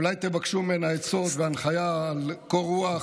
אולי תבקשו ממנה עצות והנחיה לקור רוח,